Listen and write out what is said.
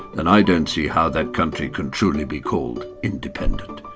and i don't see how that country can truly be called independent.